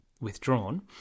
withdrawn